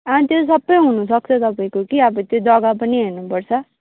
अँ त्यो सबै हुनसक्छ तपाईँको कि अब त्यो जग्गा पनि हेर्नुपर्छ